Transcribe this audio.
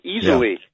easily